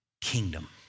kingdom